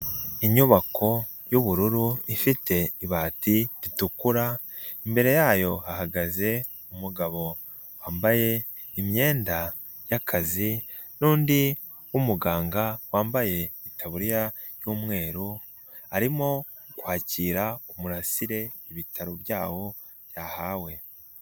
Inyubako y'ubururu ifite ibati ritukura, imbere yayo hahagaze umugabo wambaye imyenda yakazi n'undi w'umuganga, wambaye itaburiya y'umweru, arimo kwakira murasire ibitaro byabo byahawe.